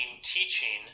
teaching